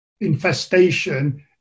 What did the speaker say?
infestation